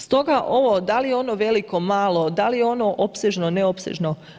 Stoga, ovo da li je ono veliko, malo, da li je ono opsežno, ne opsežno.